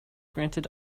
granted